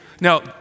now